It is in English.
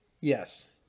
Yes